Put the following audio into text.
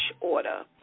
order